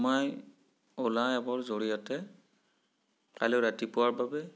মই অলা এপৰ জড়িয়তে কাইলৈ ৰাতিপুৱাৰ বাবে